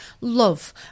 love